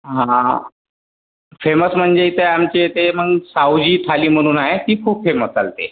हा हा हा फेमस म्हणजे इथे आमचे ते मग सावजी थाली म्हणून आहे ती खूप फेमस चालते